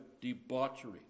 debauchery